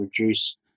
reduce